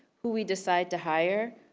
who we decide to hire,